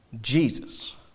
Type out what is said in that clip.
Jesus